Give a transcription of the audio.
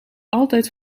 altijd